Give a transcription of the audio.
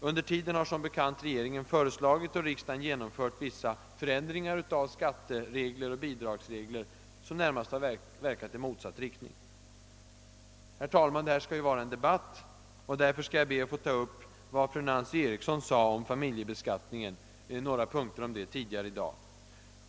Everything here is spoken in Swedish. Under tiden har regeringen som bekant föreslagit och riksdagen genomfört vissa förändringar av skatteregler och bidragsregler som närmast har verkat i motsatt riktning. Herr talman! Det här skall ju vara en debatt, och därför skall jag be att få ta upp vad fru Nancy Eriksson sade om familjebeskattningen tidigare i dag.